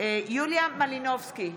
יוליה מלינובסקי,